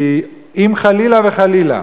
כי אם חלילה וחלילה